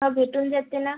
हं भेटून जाते ना